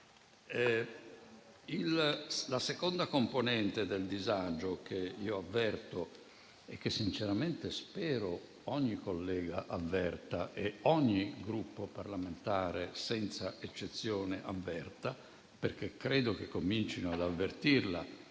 La seconda componente del disagio che io avverto, e che sinceramente spero ogni collega avverta e ogni Gruppo parlamentare senza eccezione avverta, perché credo che comincino ad avvertirla